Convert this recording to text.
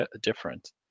different